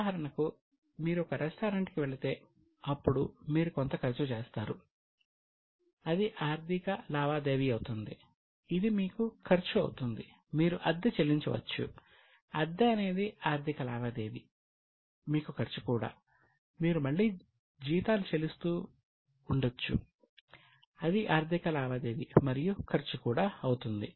ఉదాహరణకు మీరు ఒక రెస్టారెంట్ కి వెళ్ళితే అప్పుడు మీరు కొంత ఖర్చు చేస్తారు అది ఆర్థిక లావాదేవీ అవుతుంది ఇది మీకు ఖర్చు అవుతుంది మీరు అద్దె చెల్లించవచ్చు అద్దె అనేది ఆర్థిక లావాదేవీ మీకు ఖర్చు కూడా మీరు మళ్ళీ జీతాలు చెల్లిస్తూ ఉండవచ్చు అది ఆర్థిక లావాదేవీ మరియు ఖర్చు కూడా అవుతుంది